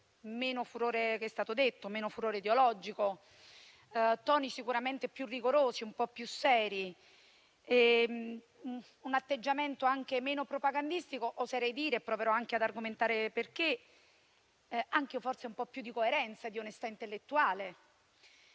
sicuramente, com'è stato detto, meno furore ideologico, toni più rigorosi, un po' più seri, un atteggiamento anche meno propagandistico, oserei dire - proverò ad argomentare perché - e anche forse un po' più di coerenza e di onestà intellettuale.